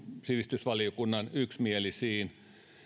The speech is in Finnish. sivistysvaliokunnan yksimielisiin